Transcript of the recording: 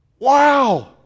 wow